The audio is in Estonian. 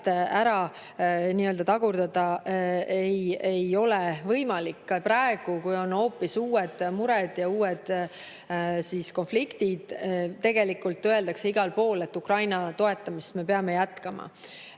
ära tagurdada ei ole võimalik. Ka praegu, kui on hoopis uued mured ja uued konfliktid, öeldakse igal pool, et Ukraina toetamist me peame jätkama. Nüüd,